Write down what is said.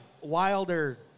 Wilder